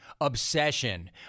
obsession